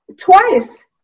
Twice